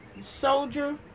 soldier